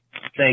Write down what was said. thank